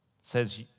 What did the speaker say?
says